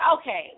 Okay